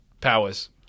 powers